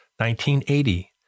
1980